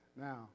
now